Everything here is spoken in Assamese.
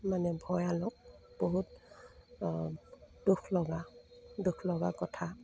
মানে ভয়ানক বহুত দুখ লগা দুখ লগা কথা